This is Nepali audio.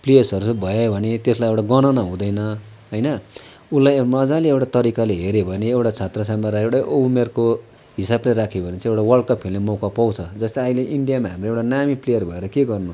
प्लेयर्सहरू चाहिँ भयो भने त्यसलाई एउटा गणना हुँदैन होइन उसलाई मजाले एउटा तरिकाले हेर्यौँ भने एउटा छत्रछायामा र एउटै उमेरको हिसाबले राख्यौँ भने चाहिं एउटा वर्ल्डकप खेल्ने मौका पाउँछ जस्तो चाहिँ अहिले इन्डियामा हाम्रो एउटा नानी प्लेयर भएर के गर्नु